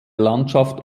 landschaft